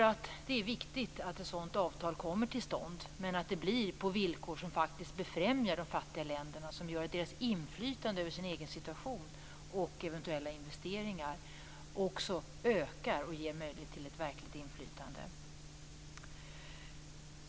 Det är viktigt att ett avtal kommer till stånd, men att det blir på villkor som faktiskt befrämjar de fattiga länderna, som gör att deras inflytande över sin egen situation och eventuella investeringar också ökar och ger möjlighet till ett verkligt inflytande.